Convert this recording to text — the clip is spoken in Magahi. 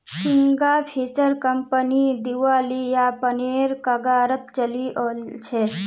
किंगफिशर कंपनी दिवालियापनेर कगारत चली ओल छै